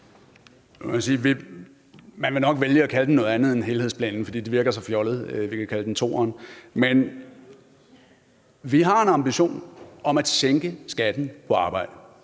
Man vil nok vælge at kalde den noget andet end en helhedsplan, for det virker så fjollet – vi kan kalde den toeren. Men vi har en ambition om at sænke skatten på arbejde